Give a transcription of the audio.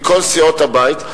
מכל סיעות הבית,